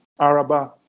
Araba